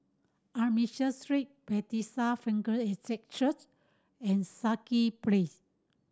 Armenian Street Bethesda Frankel Estate Church and Place